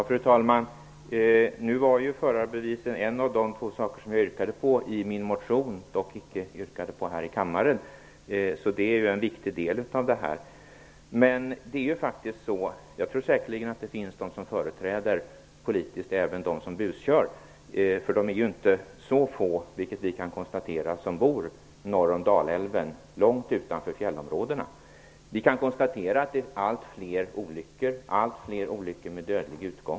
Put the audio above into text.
Fru talman! Förarbevis var en av de två saker jag yrkade i min motion, men inte här i kammaren. Det är en viktig del. Jag tror att det kan finnas de som politiskt företräder även dem som buskör. De är ju inte så få, vilket vi kan konstatera som bor norr om Dalälven, långt utanför fjällområdena. Vi kan konstatera allt fler olyckor, även med dödlig utgång.